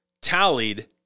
tallied